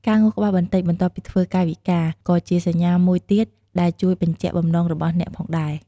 ការងក់ក្បាលបន្តិចបន្ទាប់ពីធ្វើកាយវិការ ក៏ជាសញ្ញាមួយទៀតដែលជួយបញ្ជាក់បំណងរបស់អ្នកផងដែរ។